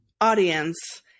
audience